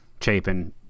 Chapin